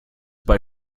bei